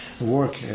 work